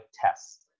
tests